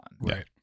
Right